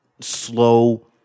slow